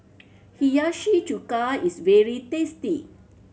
Hiyashi Chuka is very tasty